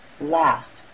last